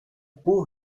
poor